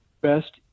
best